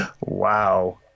Wow